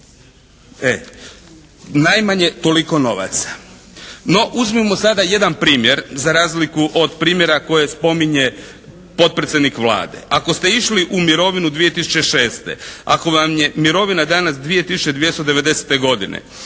Najmanje toliko novaca. No uzmimo sada jedan primjer za razliku od primjera koje spominje potpredsjednik Vlade. Ako ste išli u mirovinu 2006., ako vam je mirovina danas 2290. godine,